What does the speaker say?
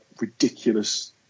ridiculous